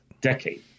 decade